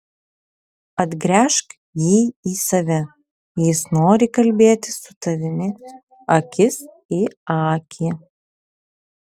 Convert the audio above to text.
atgręžk jį į save jis nori kalbėtis su tavimi akis į akį